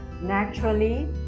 naturally